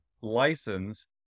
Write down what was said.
license